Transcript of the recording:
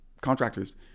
contractors